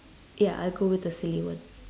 ya I'll go with the silly one